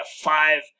five